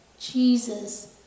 Jesus